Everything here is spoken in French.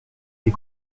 des